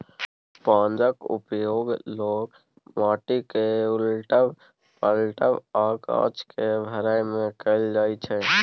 पंजाक उपयोग लोक माटि केँ उलटब, पलटब आ गाछ केँ भरय मे कयल जाइ छै